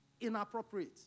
inappropriate